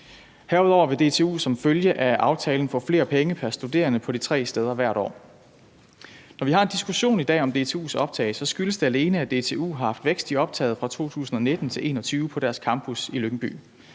Herudover vil DTU som følge af aftalen få flere penge pr. studerende på de tre steder hvert år. Når vi har diskussionen i dag om DTU's optag, skyldes det alene, at DTU har haft vækst i optaget fra 2019 til 2021 på deres campus i Lyngby.